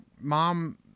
mom